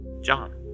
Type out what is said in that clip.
John